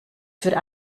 für